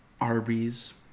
Arby's